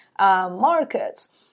markets